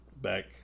back